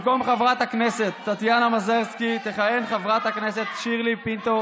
במקום חברת הכנסת טטיאנה מזרסקי תכהן חברת הכנסת שירלי פינטו